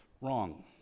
Wrong